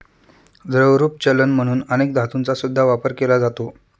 द्रवरूप चलन म्हणून अनेक धातूंचा सुद्धा वापर केला जातो